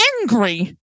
angry